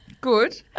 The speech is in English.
good